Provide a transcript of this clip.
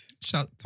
Shout